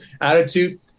attitude